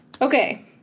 Okay